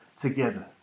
together